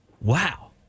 wow